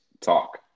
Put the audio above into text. talk